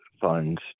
funds